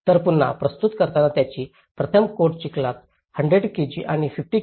तर पुन्हा प्रस्तुत करताना त्यांनी प्रथम कोट चिखलात 100 kg आणि 50 kg